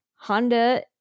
Honda